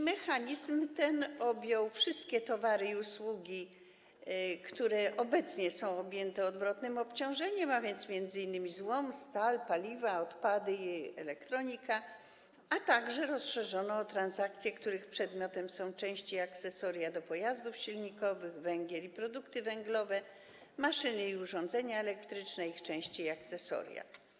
Mechanizm ten objął wszystkie towary i usługi, które obecnie są objęte odwrotnym obciążeniem, a więc m.in. złom, stal, paliwa, odpady i elektronikę, a także rozszerzono o transakcje, których przedmiotem są części i akcesoria do pojazdów silnikowych, węgiel i produkty węglowe, maszyny i urządzenia elektryczne, ich części i akcesoria.